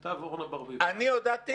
אתה ואורנה ברביבאי --- אני הודעתי?